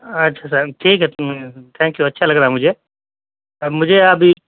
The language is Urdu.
اچھا سر ٹھیک ہے تھینک یو اچھا لگ رہا ہے مجھے مجھے ابھی